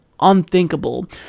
unthinkable